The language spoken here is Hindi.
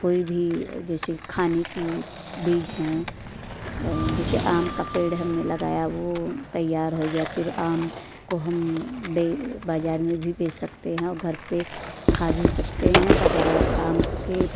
कोई भी जैसे खाने की बीज हैं जैसे आम का पेड़ हम ने लगाया वो तैयार हो गया फिर आम को हम बाज़ार में भी बेच सकते हैं और घर पर खा भी सकते हैं बाज़ार आम के